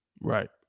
Right